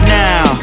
now